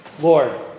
Lord